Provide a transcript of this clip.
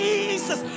Jesus